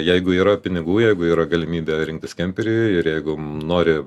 jeigu yra pinigų jeigu yra galimybė rinktis kemperį ir jeigu nori